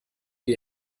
wir